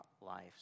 life